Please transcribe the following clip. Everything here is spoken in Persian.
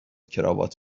کراوات